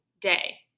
day